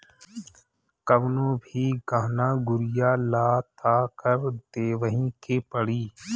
कवनो भी गहना गुरिया लअ तअ कर देवही के पड़ी